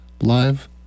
live